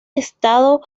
estado